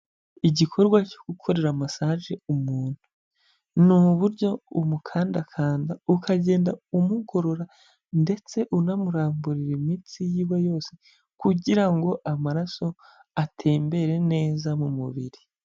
Igikorwa cyo gukorera masage umuntu. Ni uburyo umukandakanda, ukagenda umugorora ndetse unamuramburira imitsi y'iwe yose kugira ngo amaraso atembere neza mu mubiri.